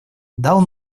дал